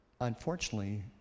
unfortunately